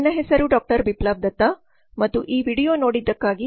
ನನ್ನಹೆಸರು Dr Biplab Datta ಮತ್ತು ಈ video ನೋಡಿದ್ದಕ್ಕಾಗಿ ಧನ್ಯವಾದಗಳು